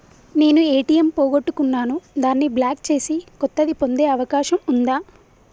నేను ఏ.టి.ఎం పోగొట్టుకున్నాను దాన్ని బ్లాక్ చేసి కొత్తది పొందే అవకాశం ఉందా?